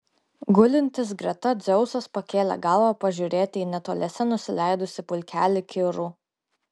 gulintis greta dzeusas pakėlė galvą pažiūrėti į netoliese nusileidusį pulkelį kirų